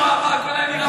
הכול היה נראה,